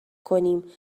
کنیم